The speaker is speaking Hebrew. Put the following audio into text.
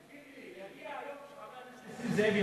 תגיד לי, יגיע היום שחבר הכנסת נסים זאב יוותר?